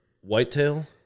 Whitetail